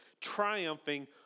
triumphing